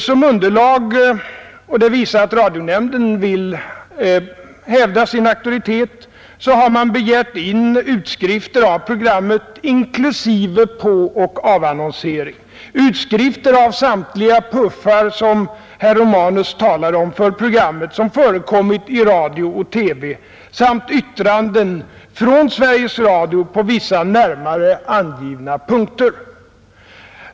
Som underlag — och det visar att radionämnden vill hävda sin auktoritet — har nämnden begärt utskrifter av programmet inklusive påoch avannonsering, utskrifter av samtliga puffar som herr Romanus talade om vilka förekommit i radio och TV samt yttranden från Sveriges Radio på vissa närmare angivna punkter.